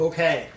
Okay